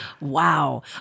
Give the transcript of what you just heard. Wow